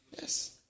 Yes